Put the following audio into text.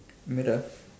middle